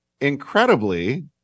incredibly